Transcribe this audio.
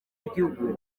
y’igihugu